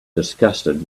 disgusted